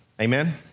Amen